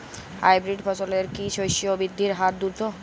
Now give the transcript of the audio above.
Hybrid ফসলের কি শস্য বৃদ্ধির হার দ্রুত?